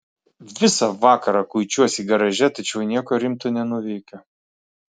visą vakarą kuičiuosi garaže tačiau nieko rimto nenuveikiu